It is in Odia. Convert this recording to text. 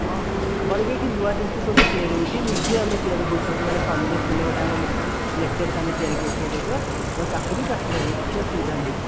ହଁ ଆମର ବି ଏଠି ନୂଆ ଜିନିଷ ସବୁ ତିଆରି ହୋଉଛି ନିଜେ ଆମେ ତିଆରି କରୁଛୁ ଏଇଠି ଗୋଟେ ସନ୍ଦେଶ ବୋଲି ଗୋଟେ ମିଠା ଅଛି ଲେଟେଷ୍ଟ୍ ଆମେ ତିଆରି କରୁଛୁ ଏବେ ଜଷ୍ଟ୍ ଆପଣ ତାକୁ ବି ଚାଖିପାରିବେ କିଛି ଅସୁବିଧା ନାହିଁ